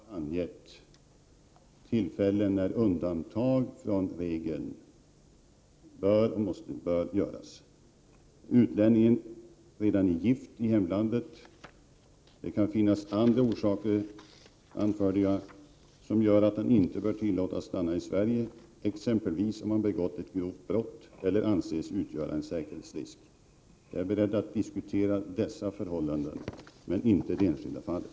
Herr talman! Jag har i mitt frågesvar angett de tillfällen när undantag från regeln bör göras. En anledning är om utlänningen redan är gift i hemlandet. Det kan finnas andra orsaker, anförde jag, som gör att han inte bör tillåtas stanna i Sverige, exempelvis om han begått ett grovt brott eller anses utgöra en säkerhetsrisk. Jag är beredd att diskutera dessa förhållanden men inte det enskilda fallet.